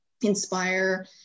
Inspire